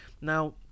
now